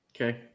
Okay